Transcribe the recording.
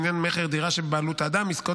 לעניין מכר דירה שבבעלות האדם ועסקאות